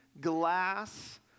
glass